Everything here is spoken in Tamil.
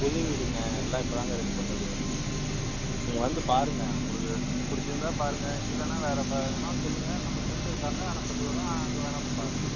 புது வீடுங்க எல்லாம் இப்போ தாங்க ரெடி பண்ணது நீங்கள் வந்து பாருங்கள் உங்களுக்கு பிடிச்சிருந்தா பாருங்கள் இல்லைன்னா வேறு பார்க்கணும்ன்னாலும் சொல்லுங்கள் நம்ம ஃப்ரெண்டு இருக்காங்க வேணா சொல்லிவிட்றேன் அங்கே வேணா போய் பாருங்கள்